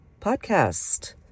podcast